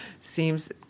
seems